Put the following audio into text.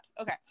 okay